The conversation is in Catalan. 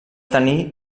tenir